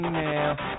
now